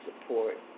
support